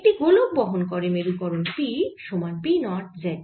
একটি গোলক বহন করে মেরুকরণ P সমান P নট z